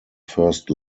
first